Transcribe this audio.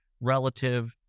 relative